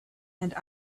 and